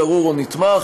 גרור או נתמך,